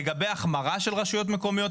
לגבי החמרה של רשויות מקומיות,